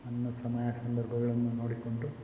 ನನ್ನ ಸಮಯ ಸಂದರ್ಭಗಳನ್ನು ನೋಡಿಕೊಂಡು